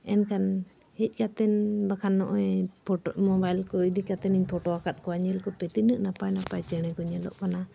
ᱮᱱᱠᱷᱟᱱ ᱦᱮᱡ ᱠᱟᱛᱮᱱ ᱵᱟᱠᱷᱟᱱ ᱱᱚᱜᱼᱚᱭ ᱯᱷᱳᱴᱳ ᱢᱚᱵᱟᱭᱤᱞ ᱠᱚ ᱤᱫᱤ ᱠᱟᱛᱮᱱᱤᱧ ᱯᱷᱳᱴᱳ ᱟᱠᱟᱫ ᱠᱚᱣᱟ ᱧᱮᱞ ᱠᱚᱯᱮ ᱛᱤᱱᱟᱹᱜ ᱱᱟᱯᱟᱭ ᱱᱟᱯᱟᱭ ᱪᱮᱬᱮ ᱠᱚ ᱧᱮᱞᱚᱜ ᱠᱟᱱᱟ